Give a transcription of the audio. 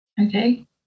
Okay